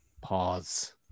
Pause